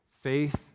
faith